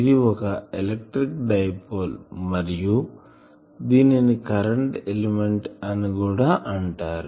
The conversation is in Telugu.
ఇది ఒక ఎలక్ట్రిక్ డైపోల్ మరియు దీనిని కరెంటు ఎలిమెంట్ అని కూడా అంటారు